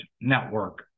Network